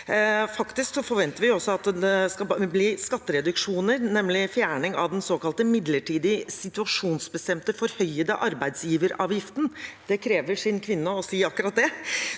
Faktisk forventer vi også at det skal bli skattereduksjoner, nemlig fjerning av den såkalte situasjonsbestemte midlertidig forhøyede arbeidsgiveravgiften – det krever sin kvinne å si akkurat det